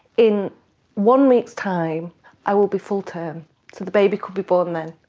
in one week's time i will be full term, so the baby could be born then,